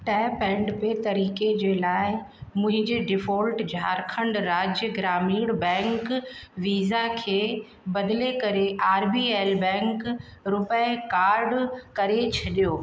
tap and pay तरीक़े जे लाइ मुहिंजे default Jharkhand Rajya Gramin bank Visa खे बदिले करे R B L bank RuPay card करे छॾियो